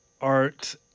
art